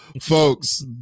folks